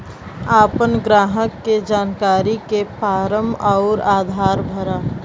आपन ग्राहक के जानकारी के फारम अउर आधार भरा